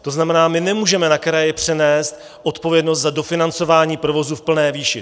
To znamená, my nemůžeme na kraje přenést odpovědnost za dofinancování provozu v plné výši.